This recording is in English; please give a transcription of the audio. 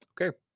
okay